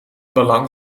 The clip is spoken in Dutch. belang